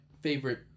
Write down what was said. favorite